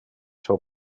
seu